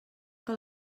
que